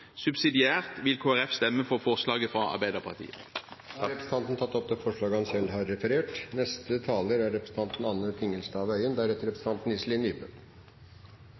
Subsidiært vil Kristelig Folkeparti stemme for forslaget fra Arbeiderpartiet og Senterpartiet. Representanten har tatt opp det forslaget han